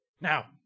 Now